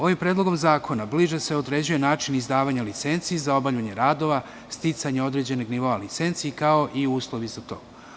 Ovim predlogom zakona bliže se određuje način izdavanja licenci za obavljanje radova, sticanja određenog nivoa licenci kao i uslovi za to.